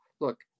look